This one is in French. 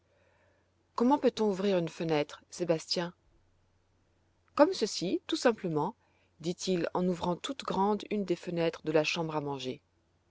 comment peut-on ouvrir une fenêtre sébastien comme ceci tout simplement dit-il en ouvrait toute grande une des fenêtres de la chambre à manger